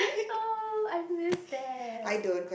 oh I miss that